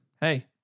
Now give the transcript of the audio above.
Hey